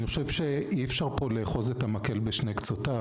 אי אפשר לאחוז את המקל בשני קצותיו.